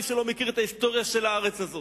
למי שלא מכיר את ההיסטוריה של הארץ הזאת,